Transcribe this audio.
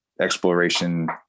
exploration